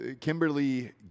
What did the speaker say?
Kimberly